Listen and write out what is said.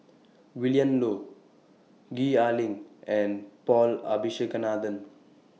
Willin Low Gwee Ah Leng and Paul Abisheganaden